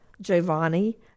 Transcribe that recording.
Giovanni